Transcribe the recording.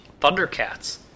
Thundercats